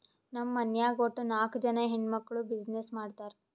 ನಮ್ ಮನ್ಯಾಗ್ ವಟ್ಟ ನಾಕ್ ಜನಾ ಹೆಣ್ಮಕ್ಕುಳ್ ಬಿಸಿನ್ನೆಸ್ ಮಾಡ್ತಾರ್